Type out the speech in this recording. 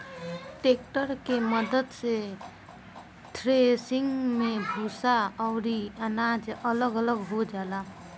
tractor के मद्दत से थ्रेसिंग मे भूसा अउरी अनाज अलग अलग हो जाला